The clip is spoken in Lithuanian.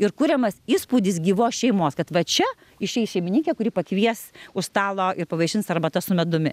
ir kuriamas įspūdis gyvos šeimos kad va čia išeis šeimininkė kuri pakvies už stalo ir pavaišins arbata su medumi